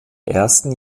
ersten